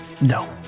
no